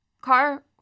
Car